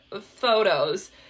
photos